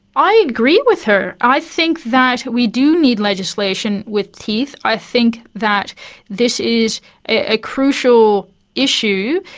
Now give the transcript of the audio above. i agree with her. i think that we do need legislation with teeth. i think that this is a crucial issue.